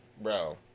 bro